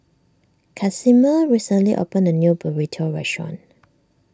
Casimer recently opened a new Burrito restaurant